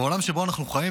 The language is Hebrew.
בעולם שבו אנחנו חיים,